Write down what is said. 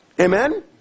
Amen